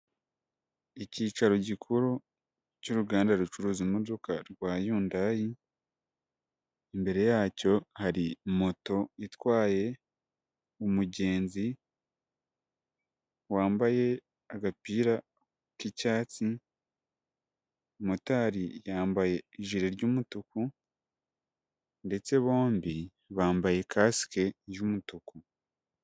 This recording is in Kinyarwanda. Icyicaro gikuru cy'uruganda rucuruza imodoka Hyundai, imbere yacyo hari moto itwaye umugenzi wambaye agapira k'icyatsi, motari yambaye ijiri ry'umutuku ndetse bombi bambaye kasike y'umutuku.